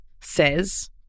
says